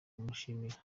kumushimira